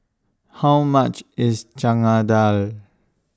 How much IS Chana Dal